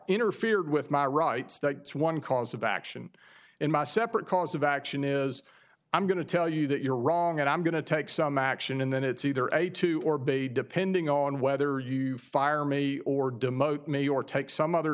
interfered with my rights that one cause of action in my separate cause of action is i'm going to tell you that you're wrong and i'm going to take some action and then it's either a two or bay depending on whether you fire me or demote me or take some other